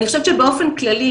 אני חושבת שבאופן כללי,